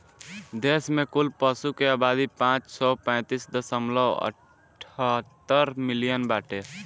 देश में कुल पशु के आबादी पाँच सौ पैंतीस दशमलव अठहत्तर मिलियन बाटे